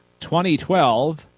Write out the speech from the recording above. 2012